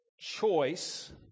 choice